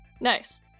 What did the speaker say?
Nice